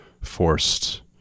forced